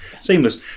Seamless